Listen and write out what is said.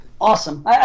Awesome